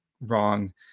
wrong